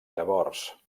llavors